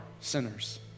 sinners